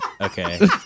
Okay